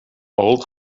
old